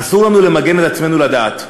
אסור לנו למגן את עצמנו לדעת.